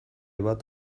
bat